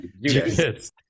Yes